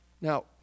Now